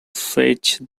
fetch